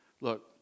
Look